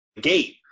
gate